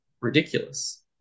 ridiculous